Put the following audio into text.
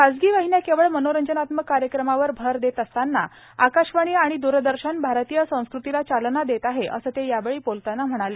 खासगी वाहिन्या केवळ मनोरंजनात्मक कार्यक्रमावर अर देत असताना आकाशवाणी आणि दूरदर्शन भारतीय संस्कृतीला चालना देत आहे असं ते यावेळी बोलताना म्हणाले